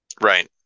right